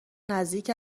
نزدیک